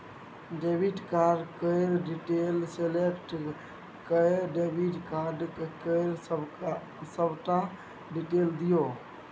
debit card केर detail select कए debit card केर सबटा डिटेल दियौ